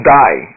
die